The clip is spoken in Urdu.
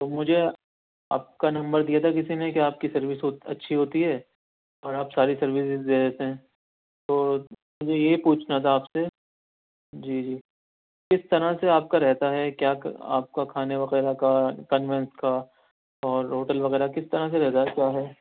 تو مجھے آپ کا نمبر دیا تھا کسی نے کہ آپ کی سروس ہو اچھی ہوتی ہے اور آپ ساری سروسز دے دیتے ہیں تو مجھے یہ پوچھنا تھا آپ سے جی جی کس طرح سے آپ کا رہتا ہے کیا آپ کا کھانے وغیرہ کا کنوینس کا اور ہوٹل وغیرہ کِس طرح سے رہتا ہے کیا ہے